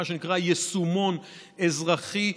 מה שנקרא יישומון אזרחי.